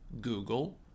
Google